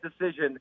decision